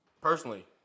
personally